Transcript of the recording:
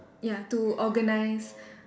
ya to organise